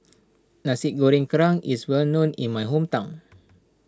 Nasi Goreng Kerang is well known in my hometown